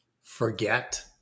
forget